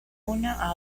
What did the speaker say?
una